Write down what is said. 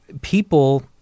people –